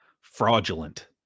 fraudulent